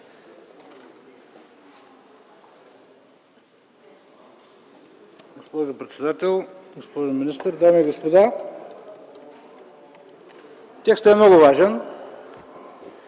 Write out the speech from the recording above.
Госпожо председател, госпожо министър, дами и господа! Текстът е много важен,